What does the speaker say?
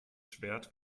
schwert